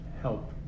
help